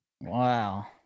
wow